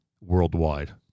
worldwide